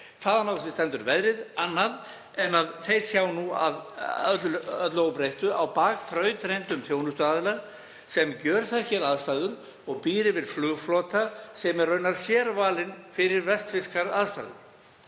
hvaðan á þá stendur veðrið annað en að þeir sjá nú að öllu óbreyttu á bak þrautreyndum þjónustuaðila sem gjörþekkir aðstæður og býr yfir flugflota sem er raunar sérvalinn fyrir vestfirskar aðstæður.